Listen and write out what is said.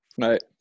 Right